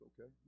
okay